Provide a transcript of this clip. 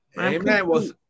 Amen